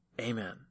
Amen